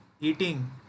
eating